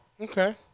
Okay